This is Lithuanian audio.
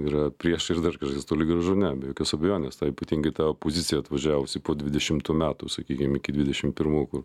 yra priešai ir dar kažkas toli gražu ne be jokios abejonės tai ypatingai ta opozicija atvažiavusi po dvidešimtų metų sakykim iki dvidešim pirmų kur